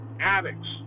addicts